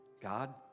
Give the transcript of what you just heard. God